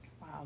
Wow